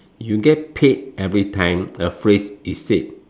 you get paid every time a phrase is said